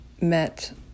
met